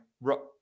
rock